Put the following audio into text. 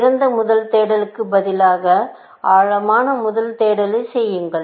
சிறந்த முதல் தேடலுக்குப் பதிலாக ஆழமான முதல் தேடலைச் செய்யுங்கள்